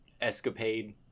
escapade